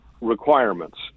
requirements